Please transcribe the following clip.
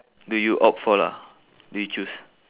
do you opt for lah do you choose